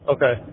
Okay